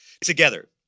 together